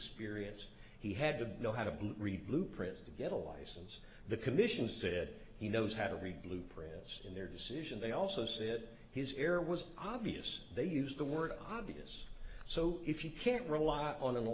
experience he had to know how to read blueprints to get a license the commission said he knows how to read blueprints in their decision they also said his error was obvious they used the word obvious so if you can't rely on an